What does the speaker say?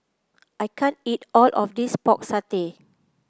I can't eat all of this Pork Satay